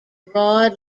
broad